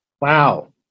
Wow